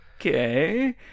Okay